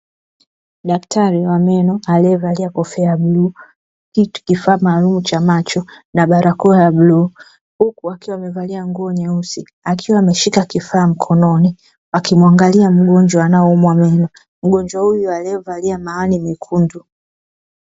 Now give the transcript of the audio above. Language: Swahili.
Daktari wa meno aliyevalia kofia ya bluu kitu kifaa maalumu kwa ajili nya macho na barakoa ya bluu huku akiwa amevalia nguo nyeusi akiwa ameshika kifaa mkononi akimwangalia mgonjwa anayeumwa meno mgonjwa huyu aliyevalia mawani mekundu.